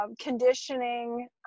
conditioning